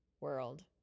world